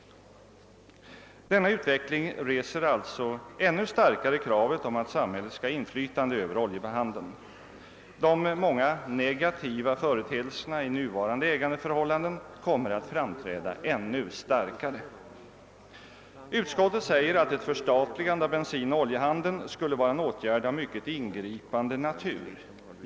Denna utveckling styrker alltså ytterligare kravet på att samhället skall ha inflytande över oljehandeln. De många negativa företeelserna i nuvarande ägandeförhållanden kommer att framträda ännu starkare. Utskottet säger att ett förstatligande av bensinoch oljehandeln skulle vara en åtgärd av mycket ingripande natur.